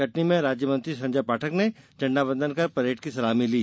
कटनी में राज्यमंत्री संजय पाठक ने झंडावंदन कर परेड की सलामी ली